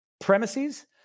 premises